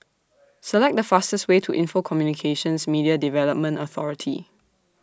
Select The fastest Way to Info Communications Media Development Authority